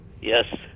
Yes